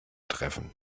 treffen